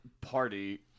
party